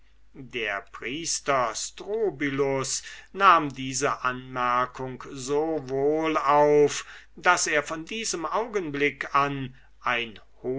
der priester strobylus nahm diese anmerkung so wohl auf daß er von diesem augenblick an ein